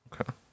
Okay